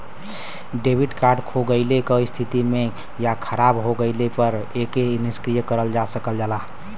debit card खो गइले क स्थिति में या खराब हो गइले पर एके निष्क्रिय करल जा सकल जाला